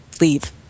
leave